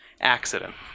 accident